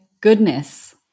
goodness